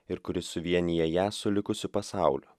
ir kuri suvienija ją su likusiu pasauliu